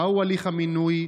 1. מהו הליך המינוי?